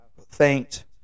thanked